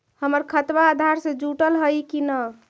हमर खतबा अधार से जुटल हई कि न?